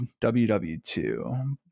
ww2